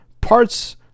parts